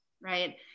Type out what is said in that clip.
right